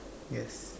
yes